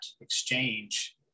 exchange